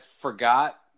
forgot